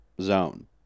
zone